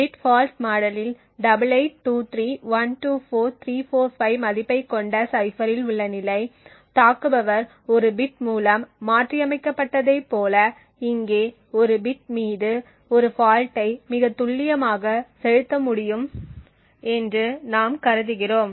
bit fault மாடலில் 8823124345 மதிப்பைக் கொண்ட சைஃப்பரில் உள்ள நிலை தாக்குபவர் ஒரு பிட் மூலம் மாற்றியமைக்கப்பட்டதைப் போல இங்கே ஒரு பிட் மீது ஒரு ஃபால்ட்டை மிகத் துல்லியமாக செலுத்த முடியும் என்று நாம் கருதுகிறோம்